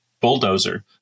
bulldozer